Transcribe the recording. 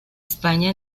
españa